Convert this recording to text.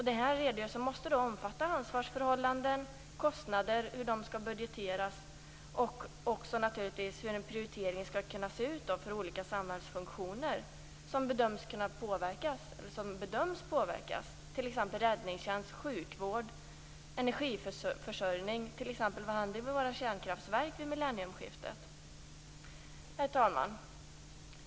Denna redogörelse måste omfatta ansvarsförhållanden, hur kostnader skall budgeteras och hur prioriteringarna skall se ut för olika samhällsfunktioner som bedöms påverka räddningstjänst, sjukvård, energiförsörjning. Vad händer t.ex. med våra kärnkraftverk vid millenniumskiftet? Herr talman!